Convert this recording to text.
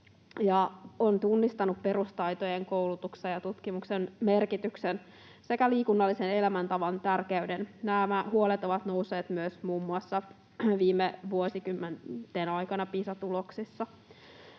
ja on tunnistanut perustaitojen, koulutuksen ja tutkimuksen merkityksen sekä liikunnallisen elämäntavan tärkeyden. Nämä huolet ovat nousseet myös muun muassa viime vuosikymmenten aikana Pisa-tuloksissa.